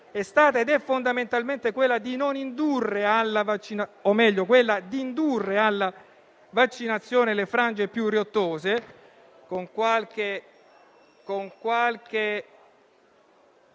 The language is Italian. è stata ed è fondamentalmente quella di indurre alla vaccinazione le frange più riottose, con qualche